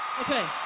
Okay